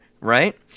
right